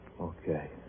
Okay